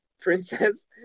princess